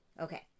Okay